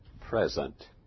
present